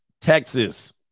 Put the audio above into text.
Texas